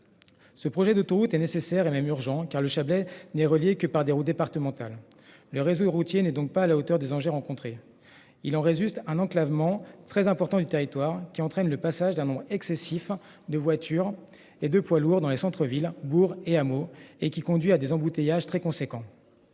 Ce projet d'autoroute est nécessaire et même urgent car le Chablais n'est reliée que par des routes départementales. Le réseau routier n'est donc pas à la hauteur des enjeux rencontrer. Il en résulte un enclavement très important du territoire qui entraîne le passage d'un nombre excessif de voitures et de poids lourds dans les centre-villes bourgs et hameaux et qui conduit à des embouteillages très conséquent.